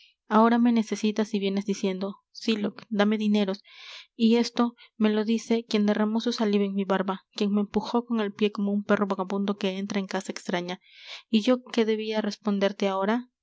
ahora me necesitas y vienes diciendo sylock dame dineros y esto me lo dice quien derramó su saliva en mi barba quien me empujó con el pié como á un perro vagabundo que entra en casa extraña y yo qué debia responderte ahora